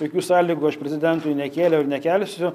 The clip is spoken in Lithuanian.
jokių sąlygų aš prezidentui nekėliau ir nekelsiu